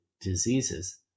diseases